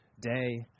day